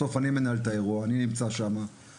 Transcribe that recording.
בסוף אני נמצא שם ומנהל את האירוע.